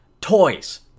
toys